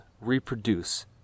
reproduce